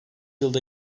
yılda